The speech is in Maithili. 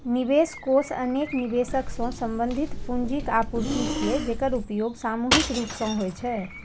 निवेश कोष अनेक निवेशक सं संबंधित पूंजीक आपूर्ति छियै, जेकर उपयोग सामूहिक रूप सं होइ छै